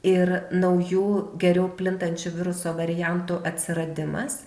ir naujų geriau plintančio viruso variantų atsiradimas